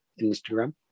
Instagram